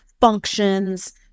functions